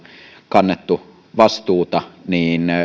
kannettu vastuuta niin